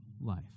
life